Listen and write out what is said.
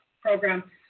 program